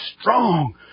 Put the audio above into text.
strong